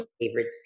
favorite